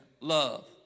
love